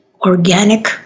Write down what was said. organic